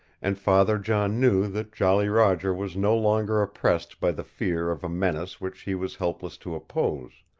and father john knew that jolly roger was no longer oppressed by the fear of a menace which he was helpless to oppose,